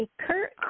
Kurt